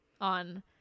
on